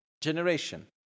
generation